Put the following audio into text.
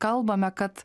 kalbame kad